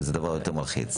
שזה דבר יותר מלחיץ.